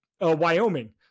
Wyoming